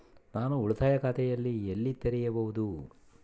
ನಾನು ಉಳಿತಾಯ ಖಾತೆಯನ್ನು ಎಲ್ಲಿ ತೆರೆಯಬಹುದು?